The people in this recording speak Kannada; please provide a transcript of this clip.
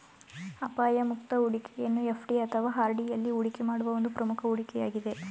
ಅಪಾಯ ಮುಕ್ತ ಹೂಡಿಕೆಯನ್ನು ಎಫ್.ಡಿ ಅಥವಾ ಆರ್.ಡಿ ಎಲ್ಲಿ ಹೂಡಿಕೆ ಮಾಡುವ ಒಂದು ಪ್ರಮುಖ ಹೂಡಿಕೆ ಯಾಗಿದೆ